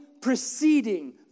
preceding